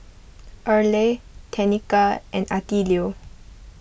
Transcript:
Erle Tenika and Attilio